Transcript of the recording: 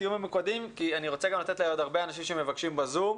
תהיו ממוקדים כי אני רוצה גם לתת לעוד הרבה אנשים שמבקשים בזום,